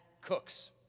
cooks